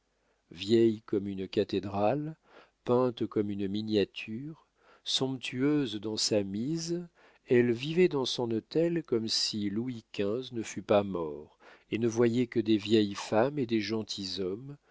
vieille comme une cathédrale peinte comme une miniature somptueuse dans sa mise elle vivait dans son hôtel comme si louis xv ne fût pas mort et ne voyait que des vieilles femmes et des gentilshommes